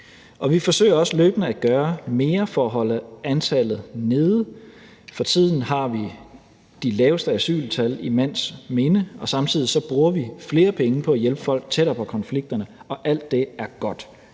vi forsøger også løbende at gøre mere for at holde antallet nede. For tiden har vi de laveste asyltal i mands minde, og samtidig bruger vi flere penge på at hjælpe folk tættere på konflikterne, og alt det er godt.